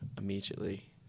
immediately